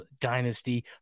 Dynasty